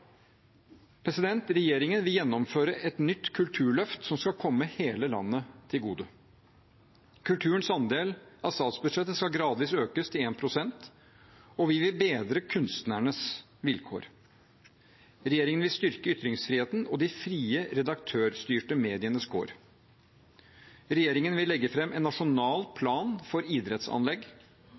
Regjeringen vil gjennomføre et nytt kulturløft som skal komme hele landet til gode. Kulturens andel av statsbudsjettet skal gradvis økes til 1 pst., og vi vil bedre kunstnernes vilkår. Regjeringen vil styrke ytringsfriheten og de frie redaktørstyrte medienes kår. Regjeringen vil legge fram en nasjonal plan for idrettsanlegg.